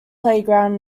playground